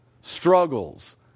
struggles